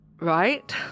Right